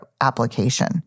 application